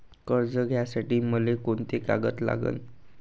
कर्ज घ्यासाठी मले कोंते कागद लागन?